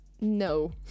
no